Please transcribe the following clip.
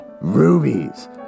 rubies